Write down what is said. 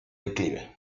declive